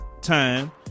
time